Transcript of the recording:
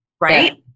right